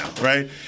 right